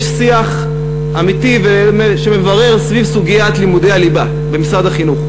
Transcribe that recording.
יש שיח אמיתי מברר סביב סוגיית לימודי הליבה במשרד החינוך.